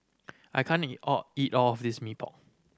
I can't eat all eat all of this Mee Pok